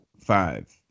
five